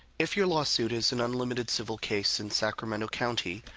if your lawsuit is an unlimited civil case in sacramento county,